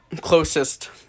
closest